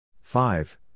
Five